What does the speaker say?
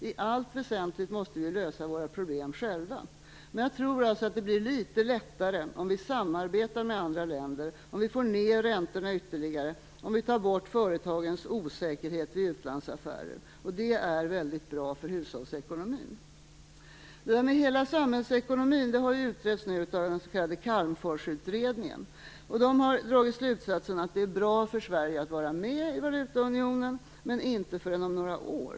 I allt väsentligt måste vi lösa våra problem själva. Men jag tror att det blir litet lättare, om vi samarbetar med andra länder, om vi får ned räntorna ytterligare och om vi tar bort företagens osäkerhet vid utlandsaffärer. Det är väldigt bra för hushållsekonomin. Hela samhällsekonomin har nu utretts av den s.k. Calmforsutredningen, som har dragit slutsatsen att det är bra för Sverige att vara med i valutaunionen, men inte förrän om några år.